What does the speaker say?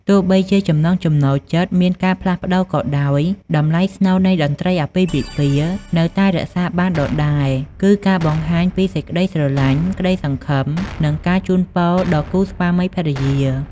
ទោះបីជាចំណង់ចំណូលចិត្តមានការផ្លាស់ប្តូរក៏ដោយ តម្លៃស្នូលនៃតន្ត្រីអាពាហ៍ពិពាហ៍នៅតែរក្សាបានដដែល គឺការបង្ហាញពីសេចក្តីស្រឡាញ់ ក្តីសង្ឃឹម និងការជូនពរដល់គូស្វាមីភរិយា។